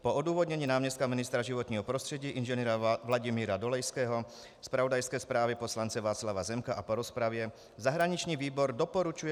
Po odůvodnění náměstka ministra životního prostředí Ing. Vladimíra Dolejského, zpravodajské zprávě poslance Václava Zemka a po rozpravě zahraniční výbor doporučuje